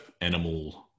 animal